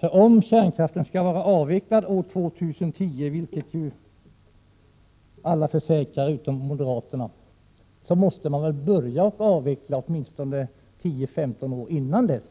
Om kärnkraften skall vara avvecklad till år 2010, vilket ju alla utom moderaterna försäkrar, måste man väl börja att avveckla åtminstone 10—15 år innan dess.